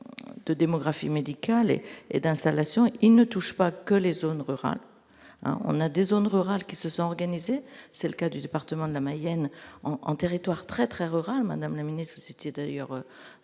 de démographie médicale et et d'installation, il ne touche pas que les zones rurales, on a des zones rurales qui se sont organisés : c'est le cas du département de la Mayenne en territoire très très rural, Madame la Ministre, c'était d'ailleurs